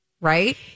Right